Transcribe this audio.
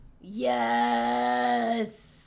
Yes